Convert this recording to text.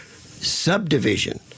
subdivision